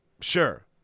Sure